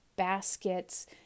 baskets